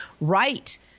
right